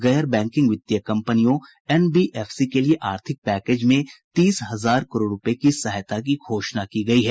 गैर बैंकिंग वित्तीय कंपनियों एन बी एफ सी के लिए आर्थिक पैकेज में तीस हजार करोड रूपए की सहायता की घोषणा की गई है